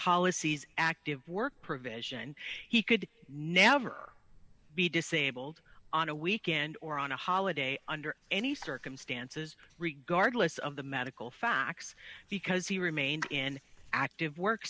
policies active work provision he could never be disabled on a weekend or on a holiday under any circumstances regardless of the medical facts because he remained in active work